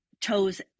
toes